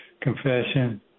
Confession